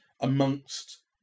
amongst